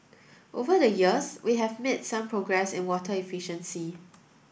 over the years we have made some progress in water efficiency